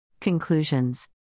Conclusions